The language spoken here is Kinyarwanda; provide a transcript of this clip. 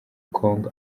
kong